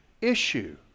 issue